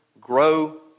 Grow